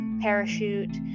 Parachute